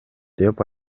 деп